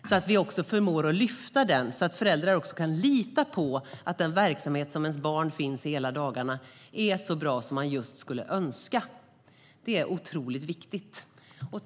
Då kan vi lyfta den, så att föräldrar kan lita på att den verksamhet deras barn finns i hela dagarna är så bra som de skulle önska. Det är otroligt viktigt.